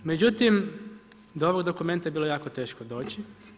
Međutim do ovog dokumenta je bilo jako teško doći.